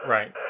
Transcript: Right